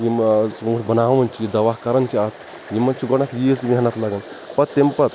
یِم ژونٛٹھۍ بناوان چھِ دوا کران چھِ اتھ یِمَن چھِ گۄڈٕنیٚتھٕے یِیٖژ محنتھ لگان پَتہٕ تمہِ پَتہٕ